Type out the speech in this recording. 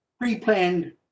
pre-planned